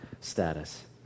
Status